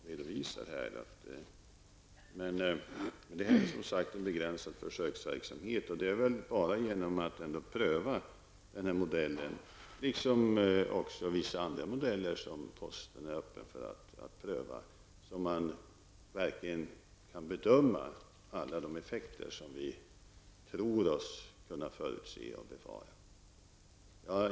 Herr talman! Jag inser de problem som Sigrid Bolkéus redovisar. Men det gäller en begränsad försökstid. Det är bara genom att pröva denna modell liksom vissa andra modeller som posten är öppen för att pröva som man verkligen kan bedöma alla de effekter som vi tror oss kunna förutse och befara.